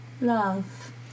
Love